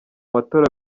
matora